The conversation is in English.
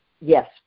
yes